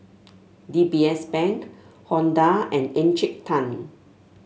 D B S Bank Honda and Encik Tan